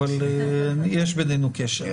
אבל יש בינינו קשר,